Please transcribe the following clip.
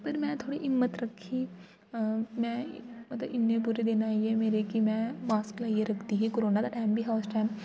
पर मैं थोह्ड़ी हिम्मत रक्खी मैं पता इन्ने बुरे दिन आई गे मेरे कि मै मास्क लाइयै रखदी ही कोरोना दा टाइम बी हा उस टाइम